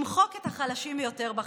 למחוק את החלשים ביותר בחברה.